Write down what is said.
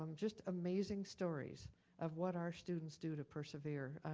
um just amazing stories of what our students do to persevere.